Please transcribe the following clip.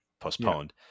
postponed